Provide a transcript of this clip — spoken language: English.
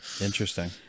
interesting